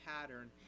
pattern